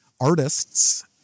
artists